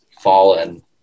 fallen